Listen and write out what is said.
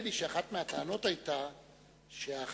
הכוונה שלהם היתה שבמהלך שש השנים הקרובות,